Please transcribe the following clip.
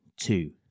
two